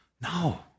No